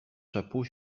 chapeau